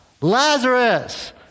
Lazarus